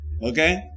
Okay